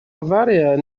авария